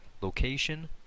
location